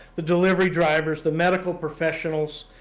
the delivery drivers, the medical professionals,